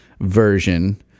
version